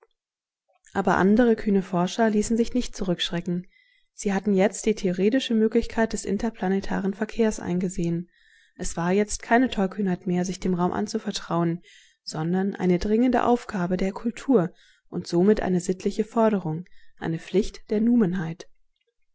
aber andere kühne forscher ließen sich nicht zurückschrecken sie hatten jetzt die theoretische möglichkeit des interplanetaren verkehrs eingesehen es war jetzt keine tollkühnheit mehr sich dem raum anzuvertrauen sondern eine dringende aufgabe der kultur und somit eine sittliche forderung eine pflicht der